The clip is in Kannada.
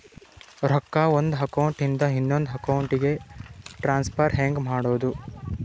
ರೊಕ್ಕ ಒಂದು ಅಕೌಂಟ್ ಇಂದ ಇನ್ನೊಂದು ಅಕೌಂಟಿಗೆ ಟ್ರಾನ್ಸ್ಫರ್ ಹೆಂಗ್ ಮಾಡೋದು?